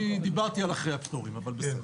דיברתי על אחרי הפטורים, אבל בסדר.